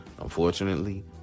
Unfortunately